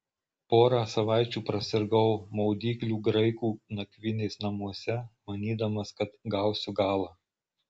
porą savaičių prasirgau maudyklių graikų nakvynės namuose manydamas kad gausiu galą